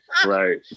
Right